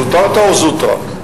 זוטרתא, או זוטרא?